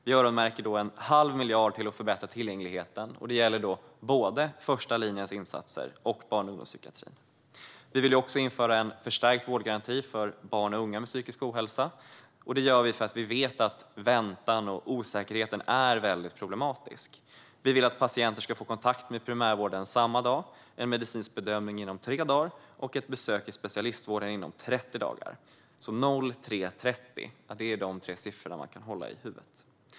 Vi öronmärker då en halv miljard för att förbättra tillgängligheten, och det gäller både första linjens insatser och barn och ungdomspsykiatrin. Vi vill också införa en förstärkt vårdgaranti för barn och unga med psykisk ohälsa. Det vill vi eftersom vi vet att väntan och osäkerheten är väldigt problematisk. Vi vill att patienter ska få kontakt med primärvården samma dag, en medicinsk bedömning inom 3 dagar och ett besök i specialistvården inom 30 dagar. 0, 3 och 30 är de tre siffror man kan hålla i huvudet.